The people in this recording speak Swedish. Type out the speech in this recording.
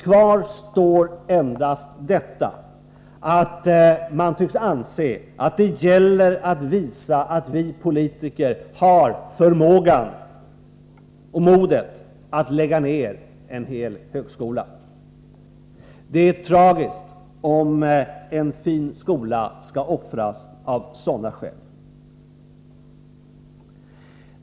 Kvar står endast detta: Man tycks anse att det gäller att visa att vi politiker har förmågan och modet att lägga ner en hel högskola. Det är tragiskt om en fin skola offras av sådana skäl.